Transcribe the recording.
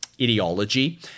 ideology